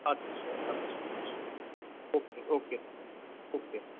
अच्छा अच्छा अच्छा ठीक छै ओ के ठीक छै